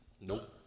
Nope